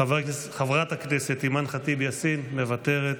חברת הכנסת אימאן ח'טיב יאסין, מוותרת,